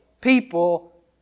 people